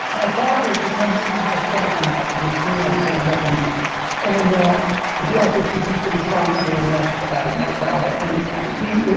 my father has become my fan now because he's seen my standup. and and ah he also features pretty prominently in the next next hour. and he,